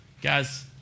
Guys